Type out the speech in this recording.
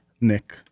Nick